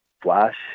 flash